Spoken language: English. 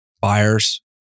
buyers